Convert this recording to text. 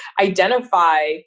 identify